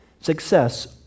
Success